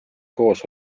koos